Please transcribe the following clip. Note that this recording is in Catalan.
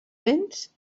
béns